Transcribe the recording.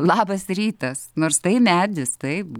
labas rytas nors tai medis taip